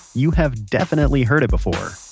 you have definitely heard it before